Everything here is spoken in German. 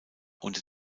unter